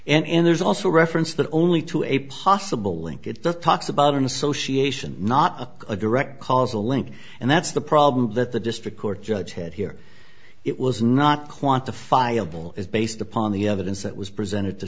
health and there's also reference that only to a possible link it just talks about an association not a direct causal link and that's the problem that the district court judge head here it was not quantifiable is based upon the evidence that was presented to